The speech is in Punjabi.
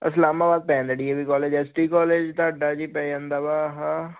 ਇਸਲਾਮਾਬਾਦ ਪੈ ਜਾਂਦਾ D A V college S T college ਤੁਹਾਡਾ ਜੀ ਪੈ ਜਾਂਦਾ ਵਾ ਆਹਾ